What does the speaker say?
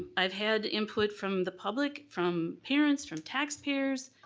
i've had input from the public, from parents, from taxpayers,